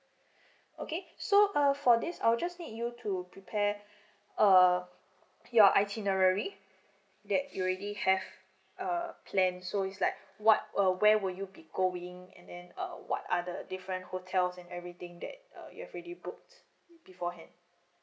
okay uh so for this I'll just need you to prepare uh your itinerary that you already have uh planned so is like what uh where will you be going and then uh what are the different hotels and everything that uh you have already booked beforehand